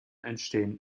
entstehen